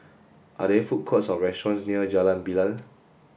are there food courts or restaurants near Jalan Bilal